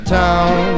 town